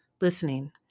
listening